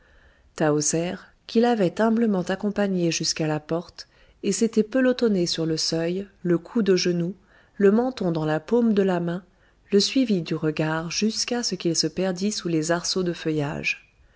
qui l'avait humblement accompagné jusqu'à la porte et s'était pelotonnée sur le seuil le coude au genou le menton dans la paume de la main le suivit du regard jusqu'à ce qu'il se perdît sous les arceaux de feuillage